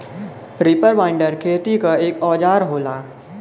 reaper binder खेती क एक औजार होला